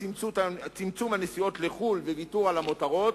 צמצום הנסיעות לחוץ-לארץ וויתור על מותרות,